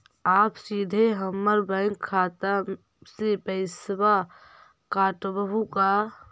आप सीधे हमर बैंक खाता से पैसवा काटवहु का?